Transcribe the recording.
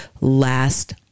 last